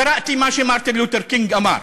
קראתי מה שמרטין לותר קינג אמר.